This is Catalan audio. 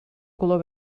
color